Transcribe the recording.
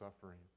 suffering